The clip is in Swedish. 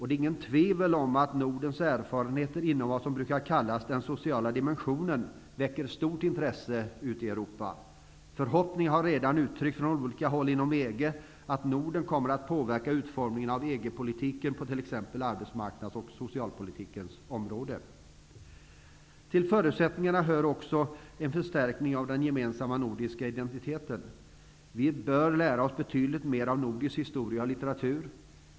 Det är inget tvivel om att Nordens erfarenheter inom vad som brukar kallas den sociala dimensionen väcker stort intresse ute i Förhoppningar om att Norden kommer att påverka utformningen av EG-politiken på t.ex. arbetsmarknadspolitikens och socialpolitikens områden har redan uttryckts från olika håll inom Till förutsättningarna hör också en förstärkning av den gemensamma nordiska identiteten. Vi bör lära oss betydligt mer om nordisk historia och litteratur.